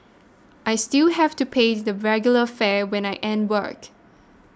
I still have to pay the regular fare when I end work